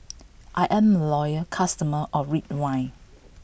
I'm a loyal customer of Ridwind